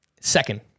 Second